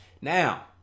Now